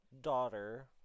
daughter